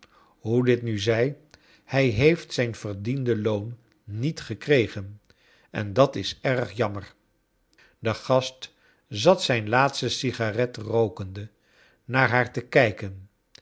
hoe dit nu zij hij heeft zijn verdiende loon niet gekregen en dat is erg jammer de gast zat zijn laatste sigaret rookende naar haar te kijken